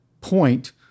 point